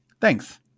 Thanks